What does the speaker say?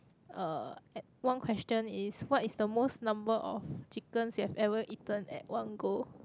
uh at one question is what is the most number of chickens you have ever eaten at one go